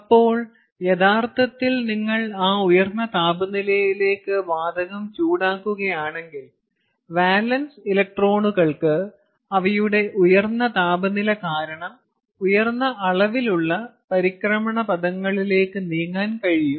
അപ്പോൾ നിങ്ങൾ യഥാർത്ഥത്തിൽ ആ ഉയർന്ന താപനിലയിലേക്ക് വാതകം ചൂടാക്കുകയാണെങ്കിൽ വാലൻസ് ഇലക്ട്രോണുകൾക്ക് അവയുടെ ഉയർന്ന താപനില കാരണം ഉയർന്ന അളവിലുള്ള പരിക്രമണപഥങ്ങളിലേക്ക് നീങ്ങാൻ കഴിയും